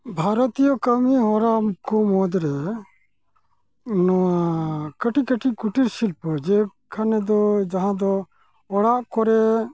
ᱵᱷᱟᱨᱚᱛᱤᱭᱚ ᱠᱟᱹᱢᱤ ᱦᱚᱨᱟ ᱠᱚ ᱢᱩᱫᱽᱨᱮ ᱱᱚᱣᱟ ᱠᱟᱹᱴᱤᱡ ᱠᱟᱹᱴᱤᱡ ᱠᱩᱴᱤᱨ ᱥᱤᱞᱯᱚ ᱡᱮ ᱠᱷᱟᱱᱮ ᱫᱚ ᱡᱟᱦᱟᱸ ᱫᱚ ᱚᱲᱟᱜ ᱠᱚᱨᱮ